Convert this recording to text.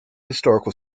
historical